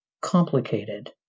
complicated